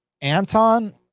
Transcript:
Anton